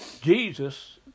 Jesus